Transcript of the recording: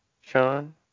Sean